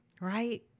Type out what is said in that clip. Right